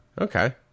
okay